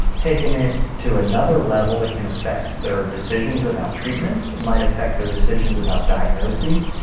taking it to another level it can affect their decisions about treatments, it might affect their decisions about diagnoses.